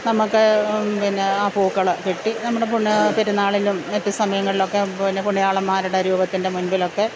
നമ്മള്ക്ക് പിന്നെ ആ പൂക്കള് കിട്ടി നമ്മള് പിന്നേ പെരുന്നാളിനും മറ്റു സമയങ്ങളിലൊക്കെ പിന്നെ പുണ്യാളന്മാരുടെ രൂപത്തിൻ്റെ മുൻപിലൊക്കെ